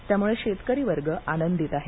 त्यामुळे शेतकरीवर्ग आनंदित आहे